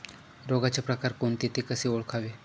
रोगाचे प्रकार कोणते? ते कसे ओळखावे?